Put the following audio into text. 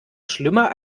schlimmer